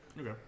Okay